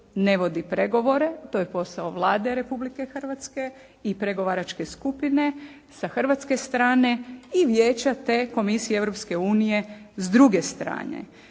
ne vodi pregovore. To je posao Vlade Republike Hrvatske i pregovaračke skupine sa hrvatske strane i Vijeća te Komisije Europske unije